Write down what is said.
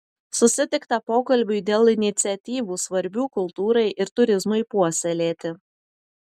susitikta pokalbiui dėl iniciatyvų svarbių kultūrai ir turizmui puoselėti